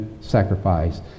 sacrifice